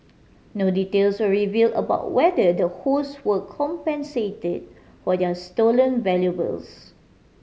no details were reveal about whether the hosts were compensated for their stolen valuables